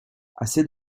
assez